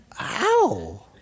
ow